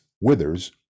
withers